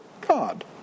God